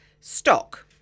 stock